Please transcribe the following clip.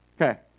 Okay